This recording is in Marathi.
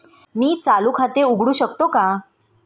मी चालू खाते उघडू शकतो का?